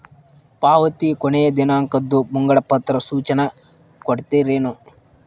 ಪಾವತಿ ಕೊನೆ ದಿನಾಂಕದ್ದು ಮುಂಗಡ ಸೂಚನಾ ಕೊಡ್ತೇರೇನು?